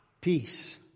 peace